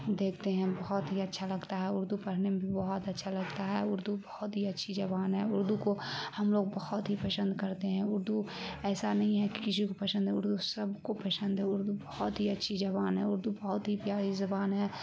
دیکھتے ہیں بہت ہی اچھا لگتا ہے اردو پڑھنے میں بھی بہت اچھا لگتا ہے اردو بہت ہی اچھی زبان ہے اردو کو ہم لوگ بہت ہی پسند کرتے ہیں اردو ایسا نہیں ہے کہ کسی کو پشند ہے اردو سب کو پسند ہے اردو بہت ہی اچھی زبان ہے اردو بہت ہی پیاری زبان ہے